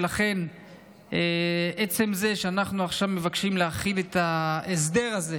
ולכן מעצם זה שאנחנו עכשיו מבקשים להחיל את ההסדר הזה